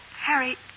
Harry